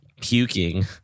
puking